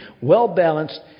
well-balanced